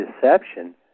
deception